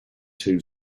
two